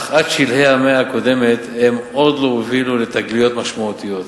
אך עד שלהי המאה הקודמת הם לא הובילו לתגליות משמעותיות.